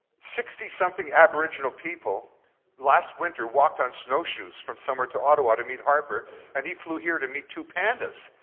sixty something aboriginal people last winter walked on snowshoes from somewhere to ottawa to meet harper and he flew here to meet two pandas.